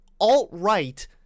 alt-right